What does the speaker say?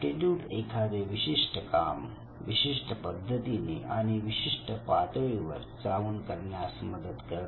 aptitude एखादे विशिष्ट काम विशिष्ट पद्धतीने आणि विशिष्ट पातळीवर जाऊन करण्यास मदत करते